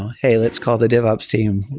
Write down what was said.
hey, let's call the dev ops team.